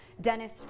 Dennis